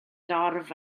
dorf